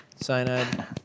Cyanide